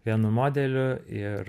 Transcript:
vienu modeliu ir